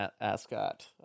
Ascot